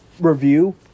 review